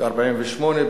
ב-1948,